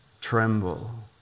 tremble